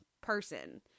person